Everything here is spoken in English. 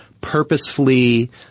purposefully